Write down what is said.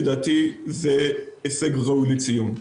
ולדעתי זה הישג ראוי לציון.